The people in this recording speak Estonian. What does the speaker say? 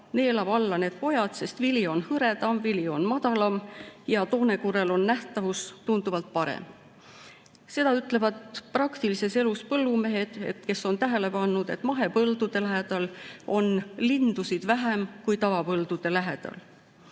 neelab need pojad alla, sest vili on hõre, vili on madalam ja toonekurel on nähtavus tunduvalt parem. Seda ütlevad praktilise elu põhjal põllumehed, kes on tähele pannud, et mahepõldude lähedal on lindusid vähem kui tavapõldude lähedal.